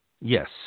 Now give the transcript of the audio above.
yes